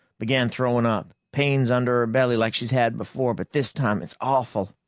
began throwing up. pains under her belly, like she's had before. but this time it's awful.